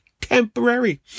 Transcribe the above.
temporary